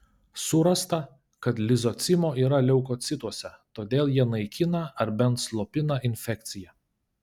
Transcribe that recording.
surasta kad lizocimo yra leukocituose todėl jie naikina ar bent slopina infekciją